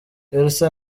elsa